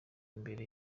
imbere